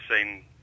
seen